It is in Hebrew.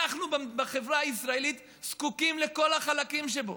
אנחנו בחברה הישראלית זקוקים לכל החלקים שבה.